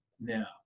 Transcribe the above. now